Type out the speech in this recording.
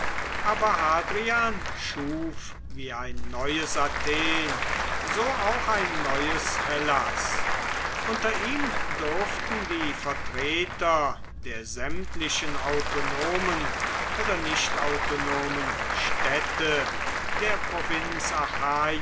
aber hadrian schuf wie ein neues athen so auch ein neues hellas unter ihm durften die vertreter der sämtlichen autonomen oder nicht autonomen städte der